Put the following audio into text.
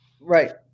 Right